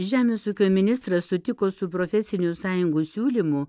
žemės ūkio ministras sutiko su profesinių sąjungų siūlymu